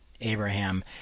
Abraham